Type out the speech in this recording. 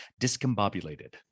discombobulated